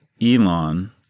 Elon